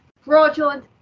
fraudulent